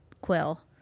quill